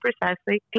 precisely